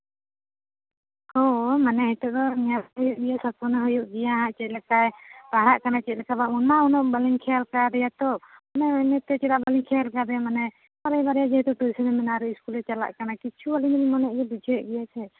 ᱦᱚᱸ ᱦᱚᱸ ᱢᱟᱱᱮ ᱱᱤᱛᱚᱜ ᱫᱚ ᱤᱭᱟᱹ ᱢᱚᱱᱮ ᱦᱩᱭᱩᱜ ᱜᱮᱭᱟ ᱪᱮᱫ ᱞᱮᱠᱟᱭ ᱯᱟᱲᱦᱟᱜ ᱠᱟᱱᱟ ᱪᱮᱫ ᱞᱮᱠᱟ ᱵᱟᱝ ᱚᱱᱟ ᱦᱚᱸ ᱵᱟᱞᱤᱧ ᱠᱷᱮᱭᱟᱞ ᱠᱟᱫᱮᱭᱟᱛᱚ ᱚᱱᱟᱛᱮ ᱪᱮᱫᱟᱜ ᱵᱟᱹᱞᱤᱧ ᱠᱷᱮᱭᱟᱞ ᱠᱟᱫᱮᱭᱟ ᱢᱟᱱᱮ ᱵᱟᱨᱭᱟ ᱵᱟᱨᱭᱟ ᱴᱤᱭᱩᱥᱚᱱᱤ ᱢᱮᱱᱟᱜᱼᱟ ᱟᱨᱮ ᱤᱥᱠᱩᱞᱮ ᱪᱟᱞᱟᱜ ᱠᱟᱱᱟᱭ ᱠᱤᱪᱷᱩ ᱟᱹᱞᱤᱧ ᱫᱚᱞᱤᱧ ᱢᱚᱱᱮᱭᱫᱟ ᱵᱩᱡᱷᱟᱹᱣ ᱮᱫ ᱜᱮᱭᱟ ᱥᱮ